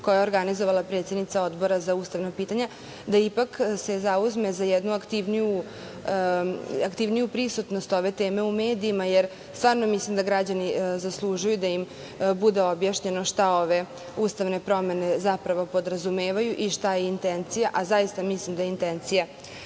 koja je organizovala predsednica Odbora za ustavna pitanja, da ipak se zauzme za jednu aktivniju prisutnost ove teme u medijima, jer stvarno mislim da građani zaslužuju da im bude objašnjeno šta ove ustavne promene zapravo podrazumevaju i šta je intencija, a zaista mislim da je intencija